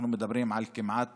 אנחנו מדברים על כמעט